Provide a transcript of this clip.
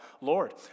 Lord